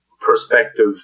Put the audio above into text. perspective